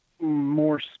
more